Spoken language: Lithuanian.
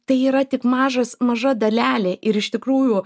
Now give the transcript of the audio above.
tai yra tik mažas maža dalelė ir iš tikrųjų